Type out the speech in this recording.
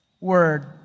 word